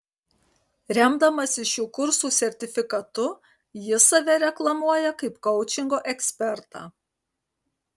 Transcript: remdamasis šių kursų sertifikatu jis save reklamuoja kaip koučingo ekspertą